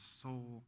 soul